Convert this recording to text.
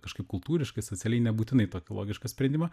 kažkaip kultūriškai socialiai nebūtinai tokį logišką sprendimą